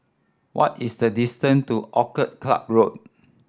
what is the distance to Orchid Club Road